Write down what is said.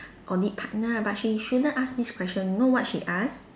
audit partner ah but she shouldn't asked this question you know what she ask